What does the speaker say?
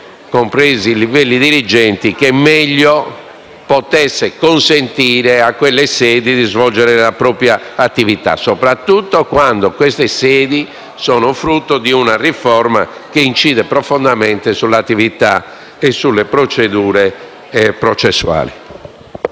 compresi i livelli dirigenziali, in modo da poter consentire a quelle sedi di svolgere la propria attività, soprattutto quando tali sedi sono frutto di una riforma che incide profondamente sull'attività e sulle procedure processuali.